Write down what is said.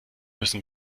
müssen